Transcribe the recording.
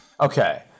Okay